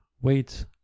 Wait